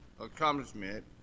accomplishment